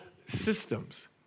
systems